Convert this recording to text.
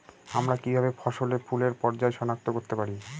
আমরা কিভাবে ফসলে ফুলের পর্যায় সনাক্ত করতে পারি?